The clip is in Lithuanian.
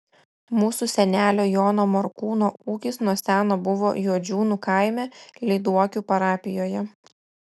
mūsų senelio jono morkūno ūkis nuo seno buvo juodžiūnų kaime lyduokių parapijoje